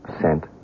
Sent